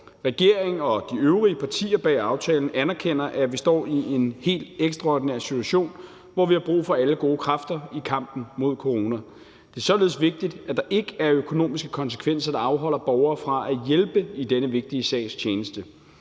Regeringen og de øvrige partier bag aftalen anerkender, at vi står i en helt ekstraordinær situation, hvor vi har brug for alle gode kræfter i kampen mod corona. Det er således vigtigt, at der ikke er økonomiske konsekvenser, der afholder borgere fra at hjælpe i denne vigtige sags tjeneste.